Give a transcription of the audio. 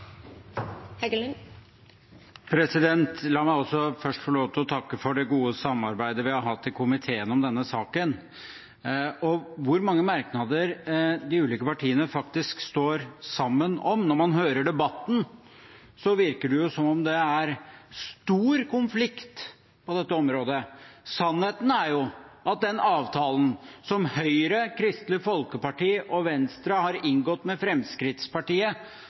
La meg også først få lov til å takke for det gode samarbeidet vi har hatt i komiteen om denne saken. De ulike partiene står faktisk sammen om mange merknader, men når man hører debatten, virker det som det er stor konflikt på dette området. Sannheten er jo at den avtalen som Høyre, Kristelig Folkeparti og Venstre har inngått med Fremskrittspartiet,